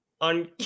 on